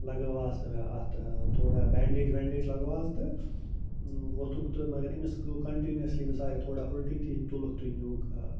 لگٲوہَس اَتھ تھوڑا بٮ۪نڈیج وٮ۪نڈیج لگووہس تہٕ ووٚتھُکھ تہٕ مگر أمس گوٚو کنٹِنیُسلی أمِس آے تھوڑا اُلٹی تہٕ یہِ تُلکھ تہٕ یہِ نیوٗکھ